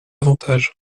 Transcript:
avantages